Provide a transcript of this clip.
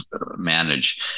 manage